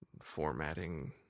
Formatting